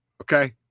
Okay